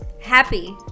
Happy